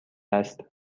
است